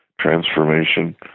transformation